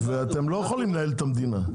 אתם לא יכולים לנהל את המדינה.